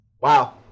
wow